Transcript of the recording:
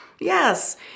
Yes